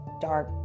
dark